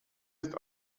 ist